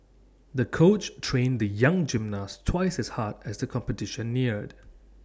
the coach trained the young gymnast twice as hard as the competition neared